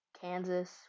Kansas